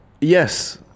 Yes